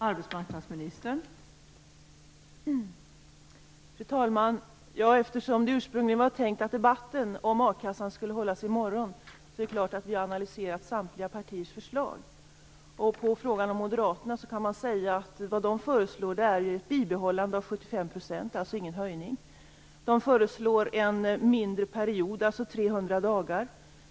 Fru talman! Eftersom det ursprungligen var tänkt att debatten om a-kassan skulle hållas i morgon är det klart att vi har analyserat samtliga partiers förslag. På frågan om Moderaternas förslag kan man svara att det de föreslår är ett bibehållande av 75 %. Det är alltså ingen höjning. De föreslår en kortare period med a-kassa, alltså 300 dagar.